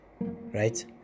right